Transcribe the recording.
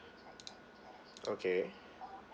okay